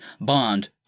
Bond